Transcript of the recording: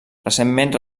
recentment